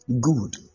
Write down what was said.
Good